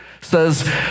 says